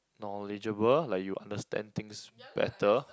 knowledgeable like you understand things better